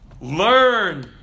learn